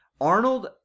Arnold